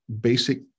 basic